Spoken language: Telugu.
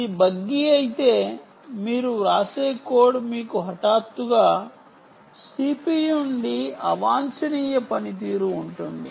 ఇది బగ్గీ అయితే మీరు వ్రాసే కోడ్ మీకు హఠాత్తుగా CPU నుండి అవాంఛనీయ పనితీరు ఉంటుంది